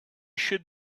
should